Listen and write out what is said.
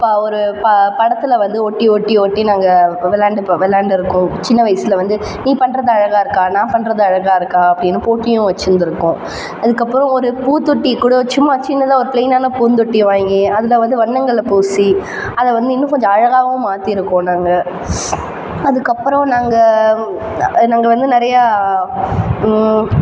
ப ஒரு ப படத்தில் வந்து ஒட்டி ஒட்டி ஒட்டி நாங்கள் விளையாண்டுப்போம் விளையாண்டிருக்கோம் சின்ன வயசில் வந்து நீ பண்ணுறது அழகாக இருக்கா நான் பண்ணுறது அழகாக இருக்கா அப்படின்னு போட்டியும் வச்சிருந்துருக்கோம் அதுக்கப்புறம் ஒரு பூத்தொட்டி கூட சும்மா சின்னதாக ஒரு பிளைன்னான பூந்தொட்டியை வாங்கி அதில் வந்து வண்ணங்களை பூசி அதை வந்து இன்னும் கொஞ்சம் அழகாகவும் மாத்தியிருக்கோம் நாங்கள் அதுக்கப்புறம் நாங்கள் நாங்கள் வந்து நிறையா